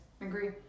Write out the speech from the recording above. agree